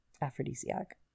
aphrodisiac